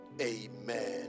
amen